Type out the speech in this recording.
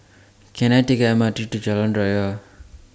Can I Take The M R T to Jalan Raya